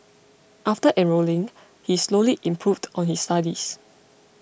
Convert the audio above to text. after enrolling he slowly improved on his studies